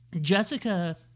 Jessica